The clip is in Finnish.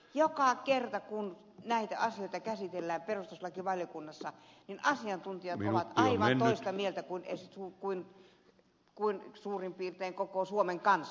joka kerta kun näitä asioita käsitellään perustuslakivaliokunnassa niin asiantuntijat ovat aivan toista mieltä kuin suurin piirtein koko suomen kansa